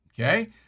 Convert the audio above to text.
Okay